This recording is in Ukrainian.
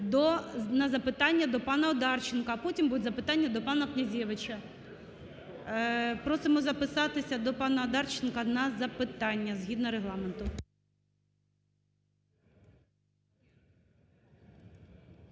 на запитання до пана Одарченка, а потім будуть запитання до пана Князевича. Просимо записатися до пана Одарченка на запитання, згідно Регламенту.